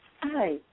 Hi